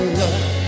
love